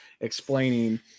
explaining